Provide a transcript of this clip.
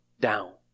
down